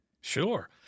Sure